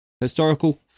Historical